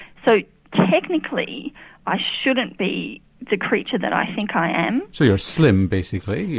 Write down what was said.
so technically i shouldn't be the creature that i think i am. so you're slim basically, yeah